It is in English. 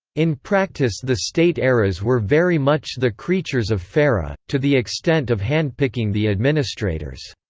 in practice the state eras were very much the creatures of fera, to the extent of handpicking the administrators.